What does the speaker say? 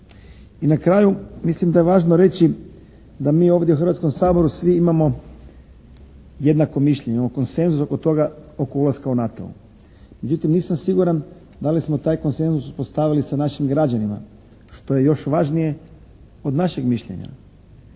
I na kraju, mislim da je važno reći da mi ovdje u Hrvatskom saboru svi imamo jednako mišljenje o konsenzusu oko toga, oko ulaska u NATO. Međutim, nisam siguran da li smo taj konsenzus postavili sa našim građanima, što je još važnije od našeg mišljenja?